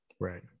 right